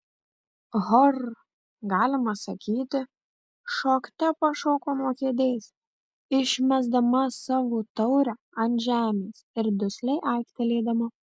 hor galima sakyti šokte pašoko nuo kėdės išmesdama savo taurę ant žemės ir dusliai aiktelėdama